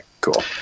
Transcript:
cool